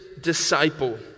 disciple